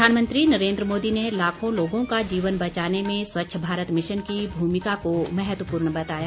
प्रधानमंत्री नरेन्द्र मोदी ने लाखों लोगों का जीवन बचाने में स्वच्छ भारत मिशन की भूमिका को महत्वपूर्ण बताया